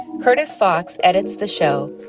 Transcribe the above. curtis fox edits the show.